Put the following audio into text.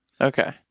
Okay